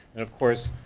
and of course,